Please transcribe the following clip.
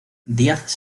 díaz